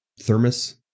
thermos